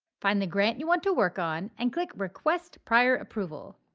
find the grant you want to work on and click request prior approval.